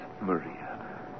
Maria